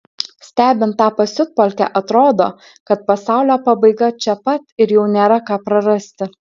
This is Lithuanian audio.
stebint tą pasiutpolkę atrodo kad pasaulio pabaiga čia pat ir jau nėra ką prarasti